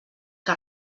que